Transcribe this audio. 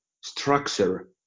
structure